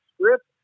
script